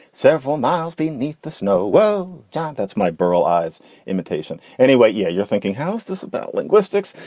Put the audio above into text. several miles beneath the snow well, john, that's my burl ives imitation. anyway, yeah, you're thinking how's this about linguistics?